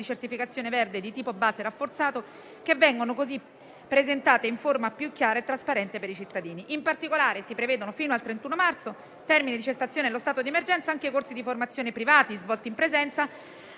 certificazione verde di tipo base rafforzato, che vengono così presentate in forma più chiara e trasparente per i cittadini. In particolare si prevedono, fino al 31 marzo (termine di cessazione dello stato di emergenza), anche i corsi di formazione privati svolti in presenza